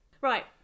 Right